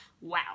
wow